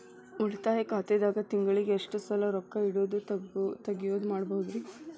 ಉಳಿತಾಯ ಖಾತೆದಾಗ ತಿಂಗಳಿಗೆ ಎಷ್ಟ ಸಲ ರೊಕ್ಕ ಇಡೋದು, ತಗ್ಯೊದು ಮಾಡಬಹುದ್ರಿ?